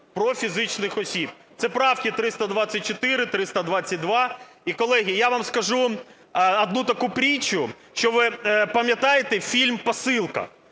про фізичних осіб. Це правки 324, 322. І, колеги, я вам скажу одну таку притчу, якщо ви пам'ятаєте фільм "Посилка".